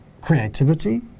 creativity